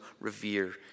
revere